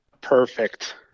Perfect